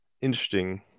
interesting